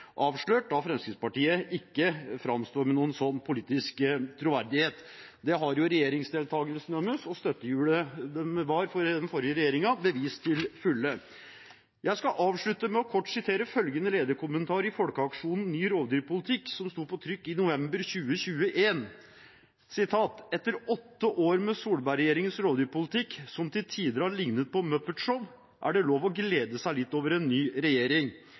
avslørt, da Fremskrittspartiet ikke framstår med noen sånn politisk troverdighet. Det har jo regjeringsdeltakelsen deres og støttehjulet de var for den forrige regjeringen, bevist til fulle. Jeg skal avslutte med kort å sitere følgende lederkommentar i Folkeaksjonen ny rovdyrpolitikk, som sto på trykk i november 2021: Etter åtte år med Solberg-regjeringens rovdyrpolitikk, som til tider har lignet på Muppet Show, er det lov å glede seg litt over en ny regjering.